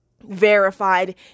verified